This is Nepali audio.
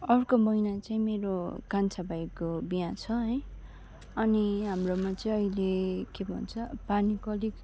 अर्को महिना चाहिँ मेरो कान्छा भाइको बिहा छ है अनि हाम्रोमा चाहिँ अहिले के भन्छ पानीको अलिक